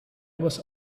was